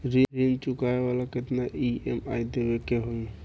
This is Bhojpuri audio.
ऋण चुकावेला केतना ई.एम.आई देवेके होई?